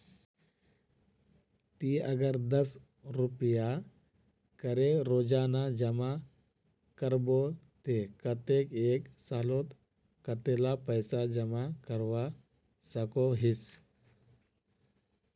ती अगर दस रुपया करे रोजाना जमा करबो ते कतेक एक सालोत कतेला पैसा जमा करवा सकोहिस?